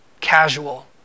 casual